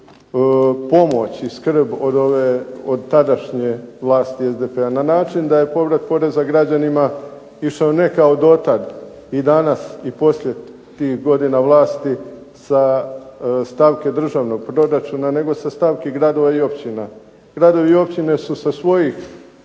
pomoć i skrb od tadašnje vlasti SDP-a? Na način da je povrat poreza građanima išao ne kao dotad i danas i poslije tih godina vlasti sa stavke državnog proračuna nego sa stavke gradova i općina. Gradovi i općine su sa svojih